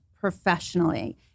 professionally